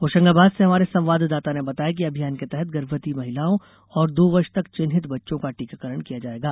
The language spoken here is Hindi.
होशंगाबाद से हमारे संवाददाता ने बताया है कि अभियान के तहत गर्भवती महिलाओं और दो वर्ष तक चिन्हित बच्चों का टीकाकरण किया जायेगा